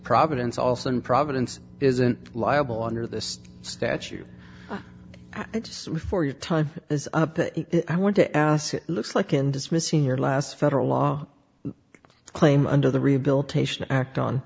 providence also in providence isn't liable under this statute i just before your time is up but i want to ask it looks like an dismissing your last federal law claim under the rehabilitation act on